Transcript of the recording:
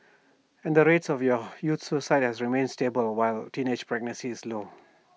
and the rates of your youth suicide have remained stable while teenage pregnancy is low